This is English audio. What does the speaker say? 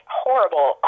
horrible